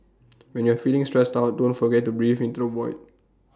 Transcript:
when you are feeling stressed out don't forget to breathe into the void